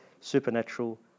supernatural